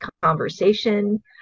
conversation